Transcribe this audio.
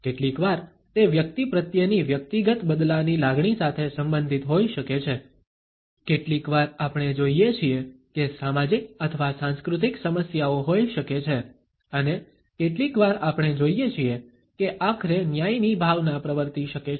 કેટલીકવાર તે વ્યક્તિ પ્રત્યેની વ્યક્તિગત બદલાની લાગણી સાથે સંબંધિત હોઈ શકે છે કેટલીકવાર આપણે જોઇએ છીએ કે સામાજિક અથવા સાંસ્કૃતિક સમસ્યાઓ હોઈ શકે છે અને કેટલીકવાર આપણે જોઇએ છીએ કે આખરે ન્યાયની ભાવના પ્રવર્તી શકે છે